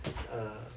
uh